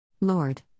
Lord